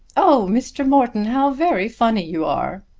oh, mr. morton, how very funny you are,